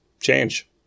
change